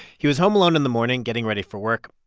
he was home alone in the morning, getting ready for work.